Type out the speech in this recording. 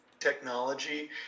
technology